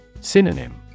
Synonym